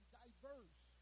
diverse